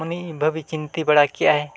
ᱩᱱᱤ ᱵᱷᱟᱵᱤᱼᱪᱤᱱᱛᱟᱹ ᱵᱟᱲᱟ ᱠᱮᱫᱼᱟᱭ